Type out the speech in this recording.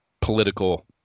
political